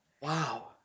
Wow